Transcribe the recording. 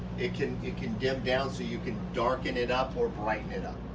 it can, it can dim down so you can darken it up or brighten it up.